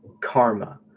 karma